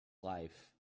life